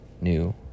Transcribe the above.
new